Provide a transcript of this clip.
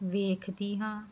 ਵੇਖਦੀ ਹਾਂ